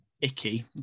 icky